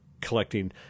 collecting